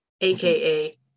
AKA